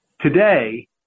today